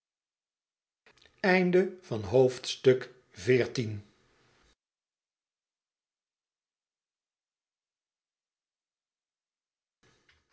hoofdstuk van het